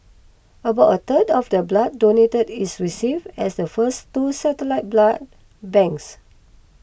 about a third of the blood donated is received at the first two satellite blood banks